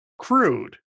crude